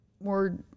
more